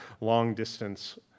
long-distance